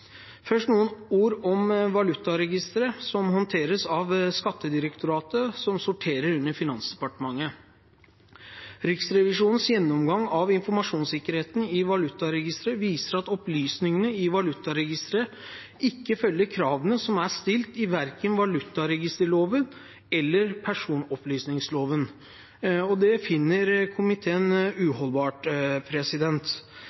Først noen ord om valutaregisteret, som håndteres av Skattedirektoratet, og som sorterer under Finansdepartementet. Riksrevisjonens gjennomgang av informasjonssikkerheten i valutaregisteret viser at opplysningene i valutaregisteret ikke følger kravene som er stilt verken i valutaregisterloven eller personopplysningsloven. Det finner komiteen